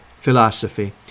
philosophy